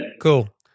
Cool